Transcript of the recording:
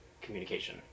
communication